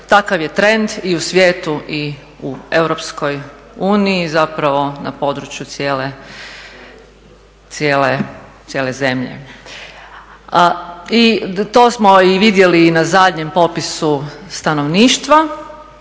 takav je trend i u svijetu i u EU zapravo na području cijele zemlje. To smo vidjeli i na zadnjem popisu stanovništva